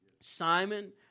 Simon